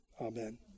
Amen